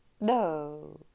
No